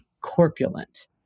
corpulent